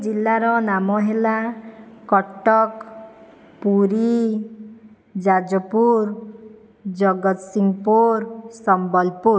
ଜିଲ୍ଲାର ନାମ ହେଲା କଟକ ପୁରୀ ଯାଜପୁର ଜଗତସିଂପୁର ସମ୍ବଲପୁର